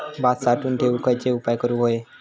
भात साठवून ठेवूक खयचे उपाय करूक व्हये?